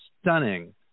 stunning